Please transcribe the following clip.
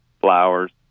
flowers